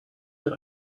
that